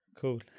Cool